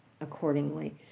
accordingly